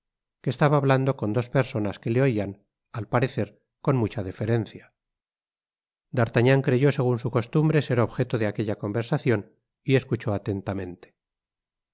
que estaba hablando con dos personas que le oian al parecer con mucha deferencia d'artagnan creyó segun su costumbre ser objeto de aquella conversacion y escuchó atentamente